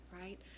right